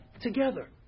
Together